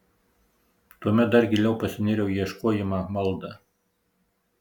tuomet dar giliau pasinėriau į ieškojimą maldą